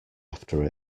after